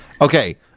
Okay